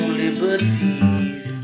liberties